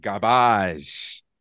Garbage